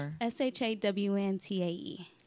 S-H-A-W-N-T-A-E